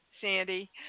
Sandy